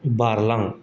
बारलां